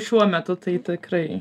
šiuo metu tai tikrai